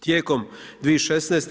Tijekom 2016.